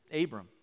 Abram